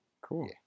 Cool